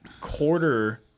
quarter